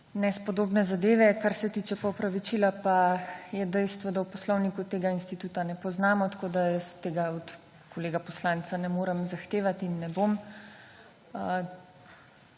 nespodobne zadeve, kar se tiče pa opravičila, pa je dejstvo, da v Poslovniku tega instituta ne poznamo, tako da jaz tega od kolega poslanca ne morem zahtevat in ne **37.